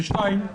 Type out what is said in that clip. ושתיים,